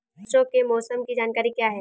परसों के मौसम की जानकारी क्या है?